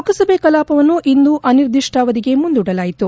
ಲೋಕಸಭೆ ಕಲಾಪವನ್ನು ಇಂದು ಅನಿರ್ದಿಷ್ಲಾವಧಿಗೆ ಮುಂದೂಡಲಾಯಿತು